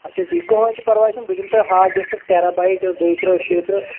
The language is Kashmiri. اچھا ٹھیٖک کٕہٲنۍ تہِ پرواے چُھنہٕ بہٕ دِمہٕ تۄہہِ ہاڑ ڈِسک ٹیرا بایٹ دۄیہِ ترٕٛہ شێیہِ ترٕٛہ